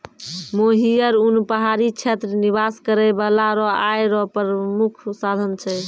मोहियर उन पहाड़ी क्षेत्र निवास करै बाला रो आय रो प्रामुख साधन छै